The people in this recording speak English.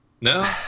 No